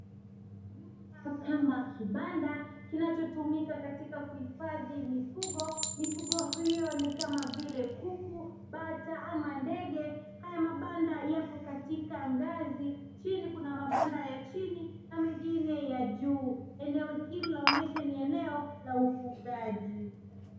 Nyumba kama kibanda, kinachotumika katika kuhifadhi mifugo, mifugo hiyo ni kama vile; kuku, bata ama ndege. Haya mabanda yapo katika ngazi, chini kuna mabanda ya chini na mengine ya juu. Eneo hili linaloonyesha kuwa ni eneo la ufugaji.